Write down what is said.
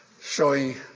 showing